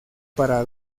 para